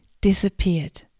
disappeared